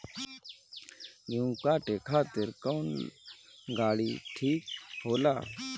गेहूं काटे खातिर कौन गाड़ी ठीक होला?